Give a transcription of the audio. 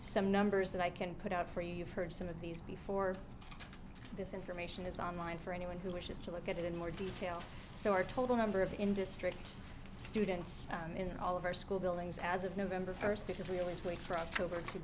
some numbers that i can put out for you you've heard some of these before this information is online for anyone who wishes to look at it in more detail so our total number of industry students in all of our school buildings as of november first because we always wait for october to